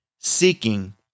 seeking